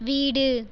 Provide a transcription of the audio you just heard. வீடு